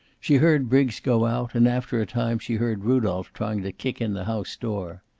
she heard briggs go out, and after a time she heard rudolph trying to kick in the house door.